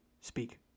speak